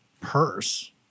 purse